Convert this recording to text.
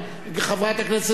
חברת הכנסת גלאון,